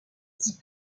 dit